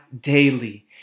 daily